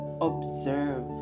observe